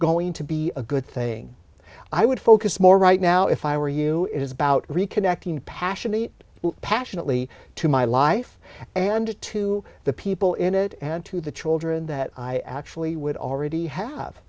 going to be a good thing i would focus more right now if i were you it is about reconnecting passionately passionately to my life and to the people in it and to the children that i actually would already have